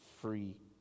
free